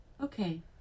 Okay